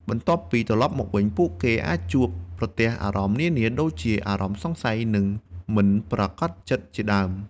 បន្ទាប់ពីត្រឡប់មកវិញ ពួកគេអាចជួបប្រទះអារម្មណ៍នានា ដូចជា អារម្មណ៍សង្ស័យ និងមិនប្រាកដចិត្តជាដើម។